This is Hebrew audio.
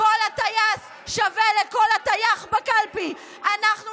במילים אחרונות